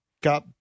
got